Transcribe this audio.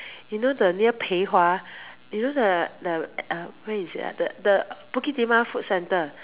you know the near peihua you know the the uh where is it ah the the Bukit-Timah food centre